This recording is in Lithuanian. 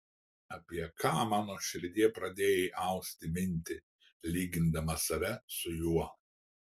apie ką mano širdie pradėjai austi mintį lygindama save su juo